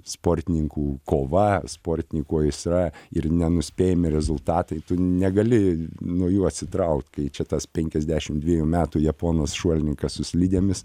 sportininkų kova sportininkų aistra ir nenuspėjami rezultatai tu negali nuo jų atsitraukt kai čia tas penkiasdešim dviejų metų japonas šuolininkas su slidėmis